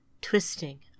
twisting